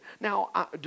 now